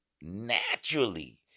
naturally